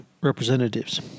representatives